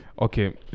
okay